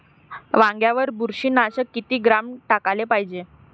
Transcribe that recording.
वांग्यावर बुरशी नाशक किती ग्राम टाकाले पायजे?